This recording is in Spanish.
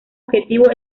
objetivo